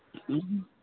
ऊंहूं